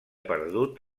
perdut